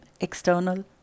external